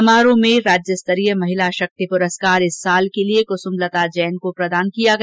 समारोह के दौरान राज्य स्तरीय महिला षक्ति पुरस्कार इस वर्ष के लिए कुसुमलता जैन को प्रदान किया गया